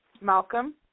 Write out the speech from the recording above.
Malcolm